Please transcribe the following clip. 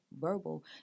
verbal